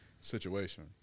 situation